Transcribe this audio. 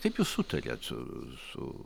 kaip jūs sutariat su